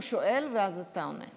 הוא מציג, הוא שואל, ואז אתה עונה.